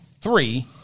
three